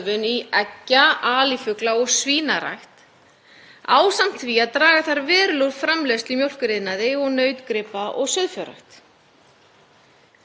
Staðan er því grafalvarleg. Uppistaðan í dýrafóðri er korn. Því vil ég spyrja hæstv. matvælaráðherra: